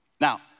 Now